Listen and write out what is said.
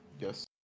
Yes